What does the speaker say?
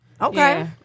Okay